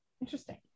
interesting